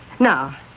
Now